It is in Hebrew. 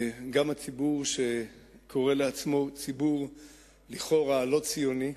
גם הציבור שקורא לעצמו ציבור לכאורה לא ציוני,